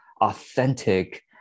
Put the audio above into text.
authentic